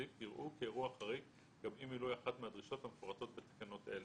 יראו כאירוע חריג גם אי מילוי אחת מהדרישות המפורטות בתקנות אלה.